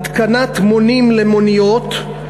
התקנת מונים למוניות,